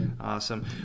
Awesome